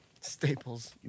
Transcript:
Staples